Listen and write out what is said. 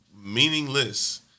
Meaningless